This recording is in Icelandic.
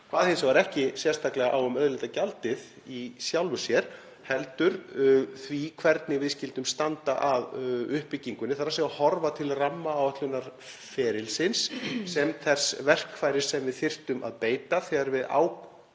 kvað hins vegar ekki sérstaklega um auðlindagjaldið í sjálfu sér heldur það hvernig við skyldum standa að uppbyggingunni, þ.e. að horfa til rammaáætlunarferilsins sem þess verkfæris sem við þyrftum að beita þegar við